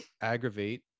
aggravate